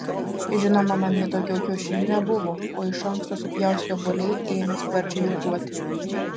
žinoma namie daugiau kiaušinių nebuvo o iš anksto supjaustyti obuoliai ėmė sparčiai juoduoti